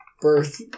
birth